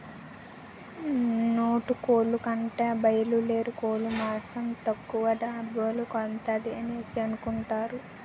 నాటుకోలు కంటా బాయలేరుకోలు మాసం తక్కువ డబ్బుల కొత్తాది అనేసి కొనుకుంటారు